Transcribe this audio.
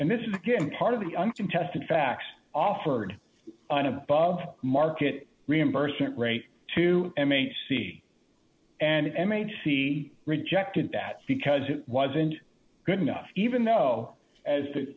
and this is again part of the uncontested fact offered an above market reimbursement rate to m a c and m h c rejected that because it wasn't good enough even though as the